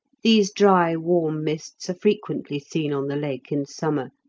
these dry, warm mists are frequently seen on the lake in summer,